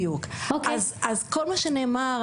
אז כל מה שנאמר,